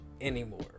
anymore